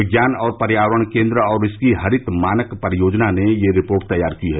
विज्ञान और पर्यावरण केंद्र और इसकी हरित मानक परियोजना ने ये रिपोर्ट तैयार की है